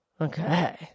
okay